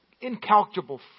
Incalculable